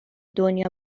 دنیا